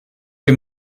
dem